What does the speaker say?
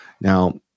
Now